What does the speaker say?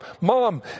mom